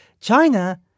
China